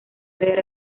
leer